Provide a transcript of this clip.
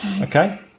okay